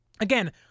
Again